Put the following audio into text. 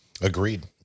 Agreed